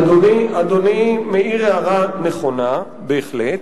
אדוני מעיר הערה נכונה בהחלט.